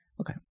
Okay